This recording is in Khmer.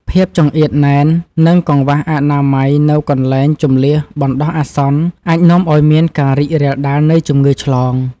ភាពចង្អៀតណែន និងកង្វះអនាម័យនៅកន្លែងជម្លៀសបណ្តោះអាសន្នអាចនាំឱ្យមានការរីករាលដាលនៃជំងឺឆ្លង។